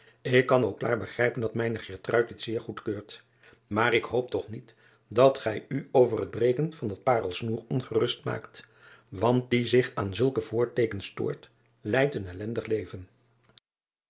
k kan ook klaar begrijpen dat mijne dit zeer goedkeurt maar ik hoop toch niet dat gij u over het breken van dat parelsnoer ongerust maakt want die zich aan zulke voorteekens stoort lijdt een ellendig leven